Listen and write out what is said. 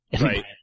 right